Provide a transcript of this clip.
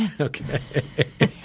Okay